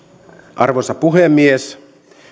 arvoisa puhemies